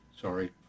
sorry